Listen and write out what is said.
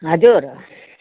हजुर